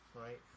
right